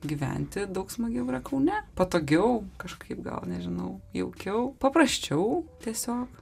gyventi daug smagiau yra kaune patogiau kažkaip gal nežinau jaukiau paprasčiau tiesiog